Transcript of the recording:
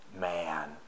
man